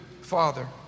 Father